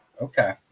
Okay